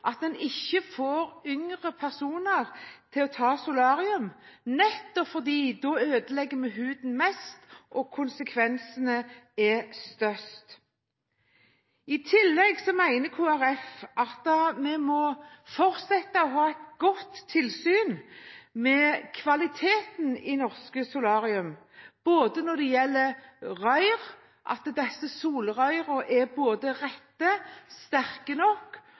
får yngre personer til ikke å ta solarium, nettopp fordi det ødelegger huden mest, og fordi konsekvensene er størst. I tillegg mener Kristelig Folkeparti at man må fortsette å ha et godt tilsyn med kvaliteten i norske solarier, både at lysstoffrørene er rette og sterke nok, at de oppfyller kravene, og at det legges til rette